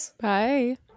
Bye